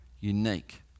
unique